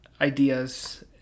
ideas